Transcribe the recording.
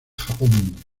japón